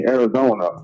Arizona